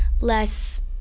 less